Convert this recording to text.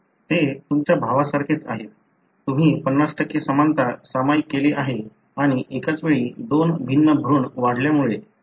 ते तुमच्या भावासारखेच आहेत तुम्ही 50 समानता सामायिक केली आहे आणि एकाच वेळी दोन भिन्न भ्रूण वाढल्यामुळे त्याचा परिणाम होतो